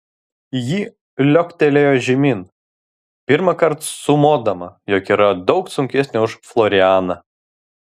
ji liuoktelėjo žemyn pirmąkart sumodama jog yra daug sunkesnė už florianą